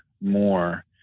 more